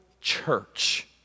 church